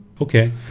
Okay